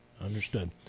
Understood